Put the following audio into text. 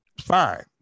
Fine